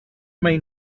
main